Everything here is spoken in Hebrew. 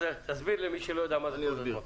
תסביר למי שלא יודע מה זה תעודת מקור.